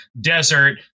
desert